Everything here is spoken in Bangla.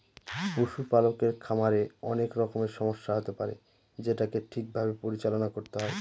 পশুপালকের খামারে অনেক রকমের সমস্যা হতে পারে যেটাকে ঠিক ভাবে পরিচালনা করতে হয়